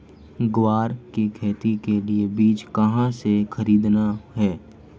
ग्वार की खेती के लिए बीज कहाँ से खरीदने हैं?